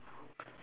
okay